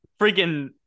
freaking